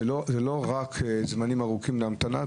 זה לא רק זמנים ארוכים להמתנה.